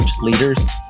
leaders